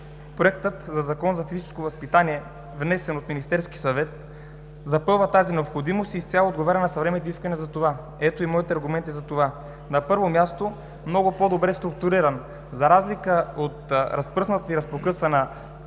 Проектът за закон за физическо възпитание, внесен от Министерския съвет, запълва тази необходимост и изцяло отговаря на съвременните изисквания за това. Ето и моите аргументи. На първо място, много по-добре е структуриран. За разлика от разпръсната и разпокъсана